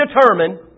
determined